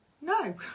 no